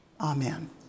amen